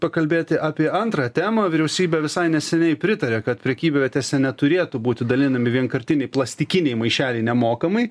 pakalbėti apie antrą temą vyriausybė visai neseniai pritarė kad prekybvietėse neturėtų būti dalinami vienkartiniai plastikiniai maišeliai nemokamai